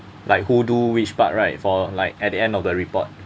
like who do which part right for like at the end of the report